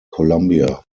colombia